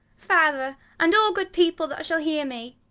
father, and all good people that shall hear me,